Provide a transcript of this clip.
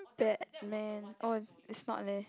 Batman oh it's not leh